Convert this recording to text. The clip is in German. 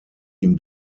ihm